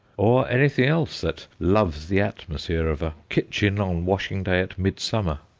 or anything else that loves the atmosphere of a kitchen on washing-day at midsummer.